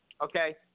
Okay